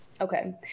Okay